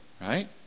right